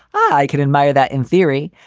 i can admire that in theory.